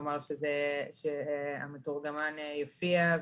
כלומר, שהמתורגמן יופיע.